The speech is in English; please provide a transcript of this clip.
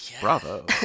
Bravo